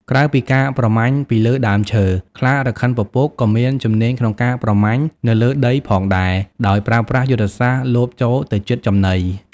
ក្រៅពីការប្រមាញ់ពីលើដើមឈើ ខ្លារខិនពពកក៏មានជំនាញក្នុងការប្រមាញ់នៅលើដីផងដែរ ដោយប្រើប្រាស់យុទ្ធសាស្ត្រលបចូលទៅជិតចំណី។